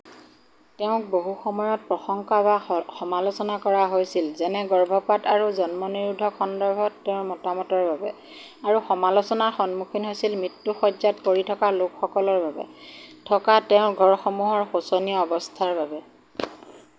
তেওঁক বহু সময়ত প্ৰশংসা বা স সমালোচনা কৰা হৈছিল যেনে গৰ্ভপাত আৰু জন্মনিৰোধক সন্দৰ্ভত তেওঁৰ মতামতৰ বাবে আৰু সমালোচনাৰ সন্মুখীন হৈছিল মৃত্যুশয্যাত পৰি থকা লোকসকলৰ বাবে থকা তেওঁৰ ঘৰসমূহৰ শোচনীয় অৱস্থাৰ বাবে